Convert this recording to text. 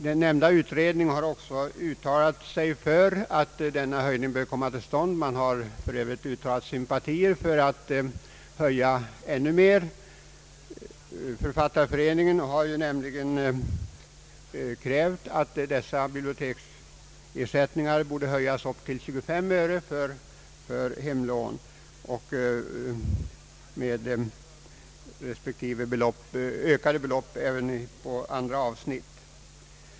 Den nämnda utredningen har uttalat sig för denna höjning — man har för Övrigt uttalat sympatier för att höja ännu mer, Författarföreningen har ju nämligen krävt att dessa bibliotekser sättningar borde höjas upp till 25 öre för hemlån med motsvarande ökade belopp även på andra avsnitt.